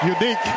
Unique